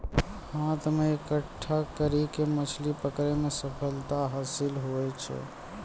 हाथ से इकट्ठा करी के मछली पकड़ै मे सफलता हासिल हुवै छै